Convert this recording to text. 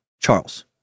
Charles